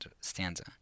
stanza